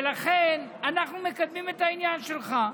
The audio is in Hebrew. ולכן אנחנו מקדמים את העניין שלך.